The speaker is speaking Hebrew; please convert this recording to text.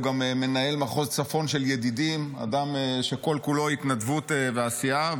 הוא גם מנהל מחוז צפון של "ידידים"; אדם שכל כולו התנדבות ועשייה.